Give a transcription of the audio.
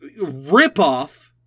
ripoff